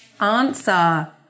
answer